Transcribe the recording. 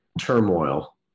turmoil